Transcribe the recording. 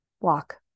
walk